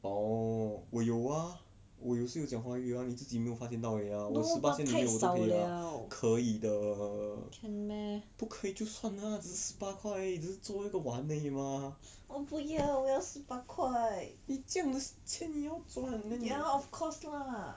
orh 我有啊我有时有讲华语啊你自己没有发现到而已呀我十巴仙里面我就可以啊可以的不可以就算了啦只是十八块而已只是做这个玩而已嘛你这样的钱你要赚 then 你